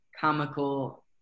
comical